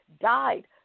died